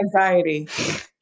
anxiety